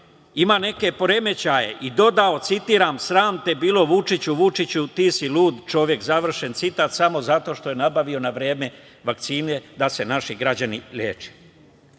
Ima neke poremećaje. Sram te bilo Vučiću, ti si lud čovek, završen citat. Samo zato što je nabavio na vreme vakcine da se naši građani leče.